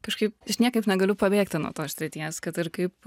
kažkaip aš niekaip negaliu pabėgti nuo tos srities kad ir kaip